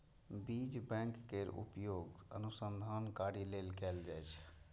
बीज बैंक केर उपयोग अनुसंधान कार्य लेल कैल जाइ छै